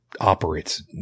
operates